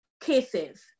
cases